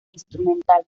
instrumental